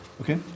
Okay